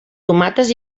tomates